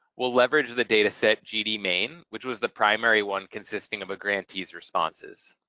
we'll leverage the data set gd main, which was the primary one consisting of a grantee's responses.